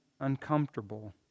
uncomfortable